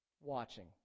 Watching